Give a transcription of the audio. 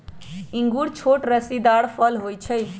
इंगूर छोट रसीदार फल होइ छइ